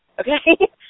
okay